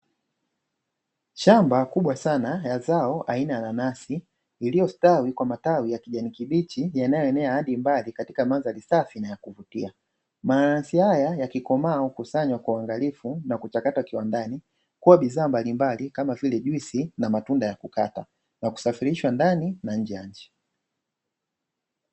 Shamba kubwa sana la zao aina ya nanasi iliyostawi kwa matawi ya kijani kibichi yanayoenea hadi mbali katika mandhari safi na ya kuvutia. Mananasi haya yakikomaa hukusanywa kwa uangalifu na kuchakatwa kiwandani kuwa bidhaa mbalimbali, kama vile jiusi na matunda ya kukata; na kusafirishwa ndani na nje ya nchi.